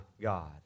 God